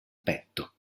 petto